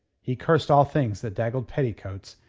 he cursed all things that daggled petticoats,